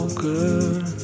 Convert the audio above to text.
good